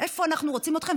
איפה אנחנו רוצים אתכם?